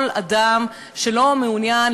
הסיכום היום הוא שאנחנו מקצרים,